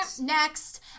next